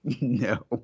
No